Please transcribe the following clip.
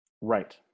Right